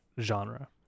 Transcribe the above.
genre